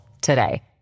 today